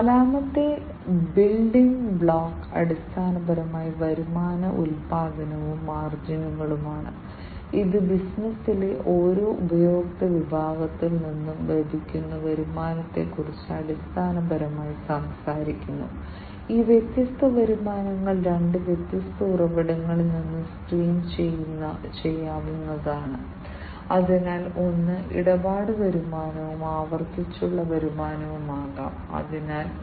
എന്നാൽ നിങ്ങൾ ഈ സെൻസറുകൾ വികസിപ്പിച്ചെടുക്കുന്ന രീതി അവയെ ഇന്റർനെറ്റുമായി ബന്ധിപ്പിച്ച് അവയെ കൂടുതൽ ബുദ്ധിശക്തിയുള്ളതാക്കുന്നു ഈ സെൻസറുകളുടെ വിന്യാസത്തിൽ നിന്ന് വലിയ തോതിൽ മൂല്യം നേടുകയും വ്യവസായങ്ങളിൽ പ്രക്രിയകൾ കൂടുതൽ കാര്യക്ഷമമാക്കുകയും ചെയ്യുന്നു ഇതാണ് IIoT യെ കൂടുതൽ ആവേശകരമാക്കിയത്